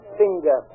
finger